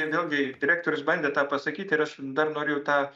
vėlgi direktorius bandė tą pasakyt ir aš dar norėjau tą